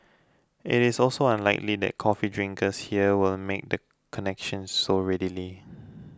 it is also unlikely that coffee drinkers here will make the connection so readily